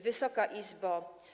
Wysoka Izbo!